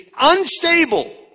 unstable